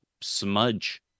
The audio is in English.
smudge